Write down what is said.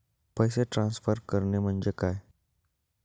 पैसे ट्रान्सफर करणे म्हणजे काय?